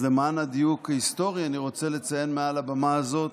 אז למען הדיוק ההיסטורי אני רוצה לציין מעל הבמה הזאת: